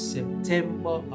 September